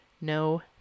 No